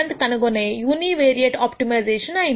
కనుగొనే univariate optimisation అయినది